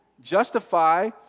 justify